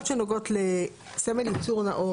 בסעיף 3(א)(ו)(1)